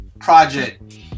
project